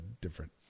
different